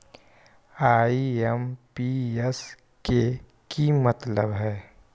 IMPS के कि मतलब है?